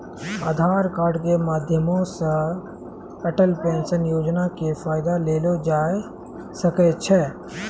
आधार कार्ड के माध्यमो से अटल पेंशन योजना के फायदा लेलो जाय सकै छै